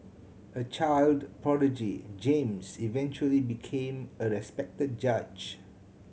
a child prodigy James eventually became a respected judge